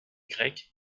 grec